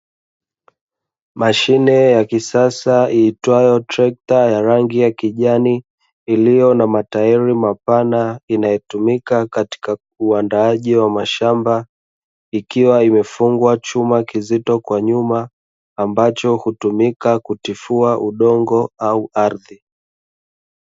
Mashine ya kisasa iitwayo trekta ya rangi ya kijani, iliyo na matairi mapana inayotumika katika uandaaji wa mashamba, ikiwa imefungwa chuma kizito kwa nyuma ambacho hutumika kutifua udongo au ardhi.